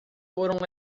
foram